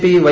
P Y